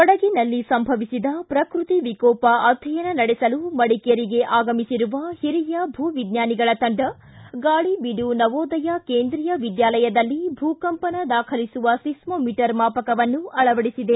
ಕೊಡಗಿನಲ್ಲಿ ಸಂಭವಿಸಿದ ಪ್ರಕೃತಿ ವಿಕೋಪ ಅಧ್ಯಯನ ನಡೆಸಲು ಮಡಿಕೇರಿಗೆ ಆಗಮಿಸಿರುವ ಹಿರಿಯ ಭೂ ವಿಜ್ವಾನಿಗಳ ತಂಡ ಗಾಳಿಬೀಡು ನವೋದಯ ಕೇಂದ್ರೀಯ ವಿದ್ನಾಲಯದಲ್ಲಿ ಭೂಕಂಪನ ದಾಖಲಿಸುವ ಸಿಸ್ನೋಮೀಟರ್ ಮಾಪಕವನ್ನು ಅಳವಡಿಸಿದೆ